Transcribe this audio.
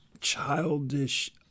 childish